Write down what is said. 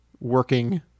working